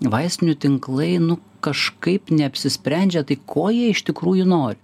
vaistinių tinklai nu kažkaip neapsisprendžia tai ko jie iš tikrųjų nori